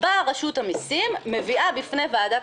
באה רשות המסים ומביאה בפני ועדת